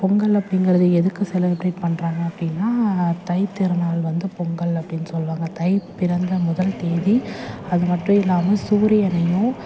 பொங்கல் அப்படிங்கறது எதுக்கு செலிப்ரேட் பண்ணுறாங்க அப்படின்னா தைத்திருநாள் வந்து பொங்கல் அப்படின் சொல்கிறாங்க தை பிறந்த முதல் தேதி அது மட்டும் இல்லாமல் சூரியனையும்